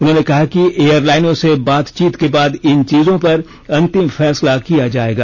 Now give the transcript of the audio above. उन्होंने कहा कि एयर लाइनों से बातचीत के बाद इन चीजों पर अंतिम फैसला किया जाएगा